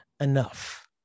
enough